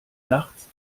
nachts